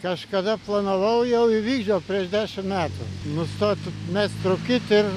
kažkada planavau jau įvykdžiau prieš dešim metų nustot mest rūkyt ir